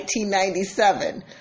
1997